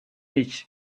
each